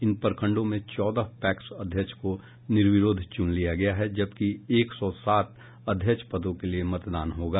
इन प्रखंडों में चौदह पैक्स अध्यक्ष को निर्विरोध चुन लिया गया है जबकि एक सौ सात अध्यक्ष पदों के लिए मतदान होगा